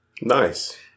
Nice